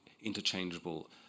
interchangeable